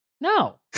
No